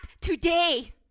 today